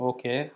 Okay